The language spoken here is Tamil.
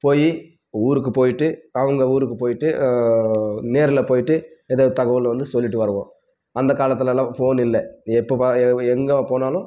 போய் ஊருக்கு போய்ட்டு அவங்க ஊருக்குப் போய்ட்டு நேர்ல போய்ட்டு ஏதாவது தகவல் வந்து சொல்லிட்டு வருவோம் அந்தக் காலத்திலலாம் ஃபோன் இல்லை எப்போ பா எ எங்கே போனாலும்